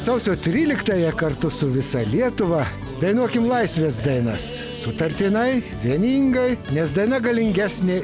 sausio tryliktąją kartu su visa lietuva dainuokim laisvės dainas sutartinai vieningai nes daina galingesnė